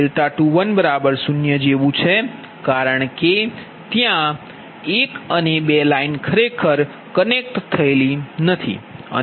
0 જેવુ છે કારણ કે જત્યા 1 અને 2 લાઈન ખરેખર કનેક્ટ નથી